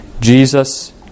Jesus